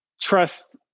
trust